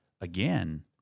again